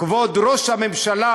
כבוד ראש הממשלה,